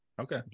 Okay